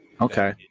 Okay